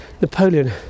Napoleon